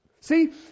See